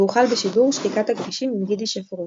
והוחל בשידור "שתיקת הכבישים" עם גידי שפרוט